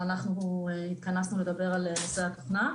אבל אנחנו התכנסנו לדבר על נושא התוכנה.